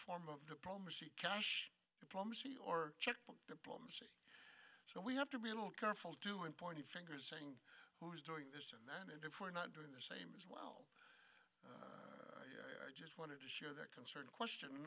form of diplomacy cash diplomacy or checkbook diplomacy so we have to be a little careful doing pointing fingers saying who is doing this and that and therefore not doing the same as well i just wanted to share that concern question